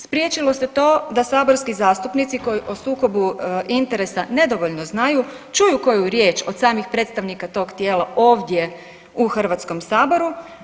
Spriječilo se to, da saborski zastupnici koji o sukobu interesa nedovoljno znaju, čuju koju riječ od samih predstavnika tog tijela, ovdje u Hrvatskom saboru.